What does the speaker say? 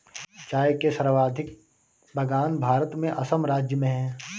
चाय के सर्वाधिक बगान भारत में असम राज्य में है